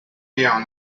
beyond